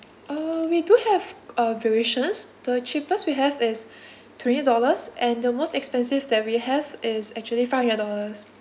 uh we do have a variations the cheapest we have is three dollars and the most expensive that we have is actually five hundred dollars